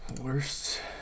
Worst